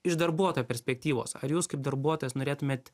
iš darbuotojo perspektyvos ar jūs kaip darbuotojas norėtumėt